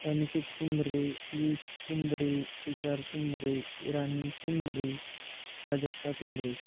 Aniket Kumbre Piyush Kumbre Tushar Kumbre Rani Kumbre Prajakta Kumbre